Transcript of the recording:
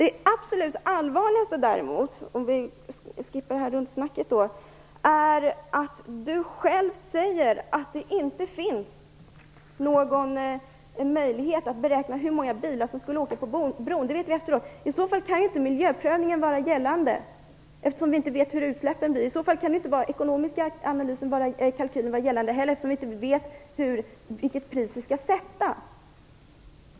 Om vi skippar rundsnacket, så tycker jag att det mest allvarliga är att Bo Nilsson själv säger att det inte finns någon möjlighet att beräkna hur många bilar som skulle trafikera bron. I så fall kan ju inte miljöprövningen vara gällande, eftersom vi ju inte vet hur stora utsläppen blir. I så fall kan inte den ekonomiska kalkylen vara gällande heller, eftersom vi inte vet vilket pris vi skall sätta.